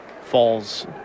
falls